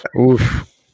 Oof